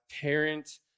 parent